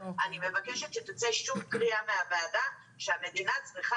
אני מבקשת שתצא שוב קריאה מהוועדה שהמדינה צריכה